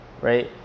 right